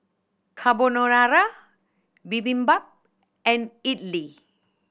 Carbonara Bibimbap and Idili